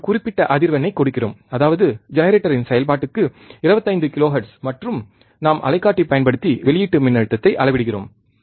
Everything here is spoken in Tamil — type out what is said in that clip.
நாங்கள் ஒரு குறிப்பிட்ட அதிர்வெண்ணை கொடுக்கிறோம் அதாவது ஜெனரேட்டரின் செயல்பாட்டுக்கு 25 கிலோஹெர்ட்ஸ் மற்றும் நாம் அலைக்காட்டி பயன்படுத்தி வெளியீட்டு மின்னழுத்தத்தை அளவிடுகிறோம்